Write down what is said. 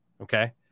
Okay